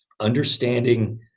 Understanding